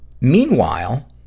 Meanwhile